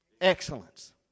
excellence